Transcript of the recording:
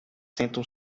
sentam